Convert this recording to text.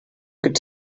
could